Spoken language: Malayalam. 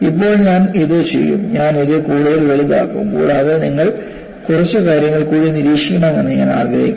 ഇപ്പോൾ ഞാൻ ഇത് ചെയ്യും ഞാൻ ഇത് കൂടുതൽ വലുതാക്കും കൂടാതെ നിങ്ങൾ കുറച്ച് കാര്യങ്ങൾ കൂടി നിരീക്ഷിക്കണമെന്ന് ഞാൻ ആഗ്രഹിക്കുന്നു